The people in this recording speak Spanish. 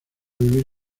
vivir